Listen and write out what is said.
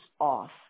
off